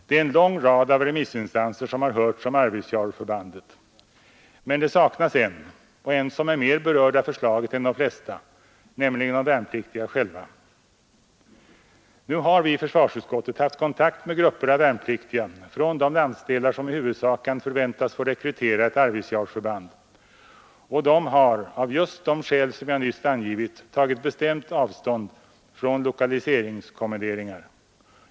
Det är en lång rad av remissinstanser som har hörts om Arvidsjaurförbandet. Men det saknas en, och en som är mer berörd av förslaget än de flesta, nämligen de värnpliktiga själva. Nu har vi i försvarsutskottet haft kontakt med grupper av värnpliktiga från de landsdelar som i huvudsak kan förväntas få rekrytera ett Arvidsjaurförband, och de har av just de skäl som jag nyss angivit tagit bestämt avstånd från lokaliseringskommenderingar.